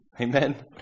Amen